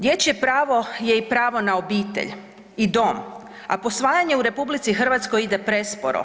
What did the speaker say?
Dječje pravo je i pravo na obitelj i dom, a posvajanje u RH ide presporo.